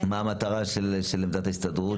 מהי המטרה של עמדת ההסתדרות?